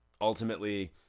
ultimately